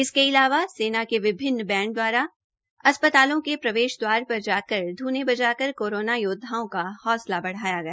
इसके अलावा सेना के विभिन्न बैंड दवारा अस्पतालों में प्रेवश द्वारों पर जाकर ध्ने बजाकर कोरोना योदवाओं का हौंसला बढ़ाया गया